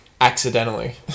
Accidentally